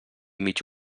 mig